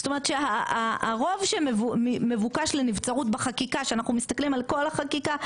זאת אומרת שהרוב שמבוקש לנבצרות בחקיקה שאנחנו מסתכלים על כל החקיקה,